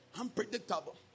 Unpredictable